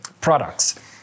products